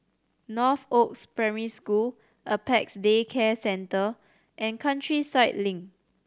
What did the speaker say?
Northoaks Primary School Apex Day Care Centre and Countryside Link